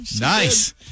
Nice